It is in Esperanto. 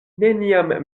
neniam